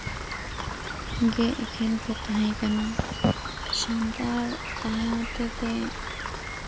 ᱜᱮ ᱮᱠᱷᱮᱱ ᱠᱚ ᱛᱟᱦᱮᱸᱠᱟᱱᱟ ᱥᱟᱱᱛᱟᱲ ᱛᱟᱦᱮᱸ ᱦᱚᱛᱮ ᱛᱮ